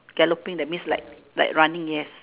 galloping that means like like running yes